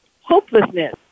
hopelessness